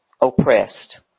oppressed